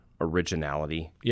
originality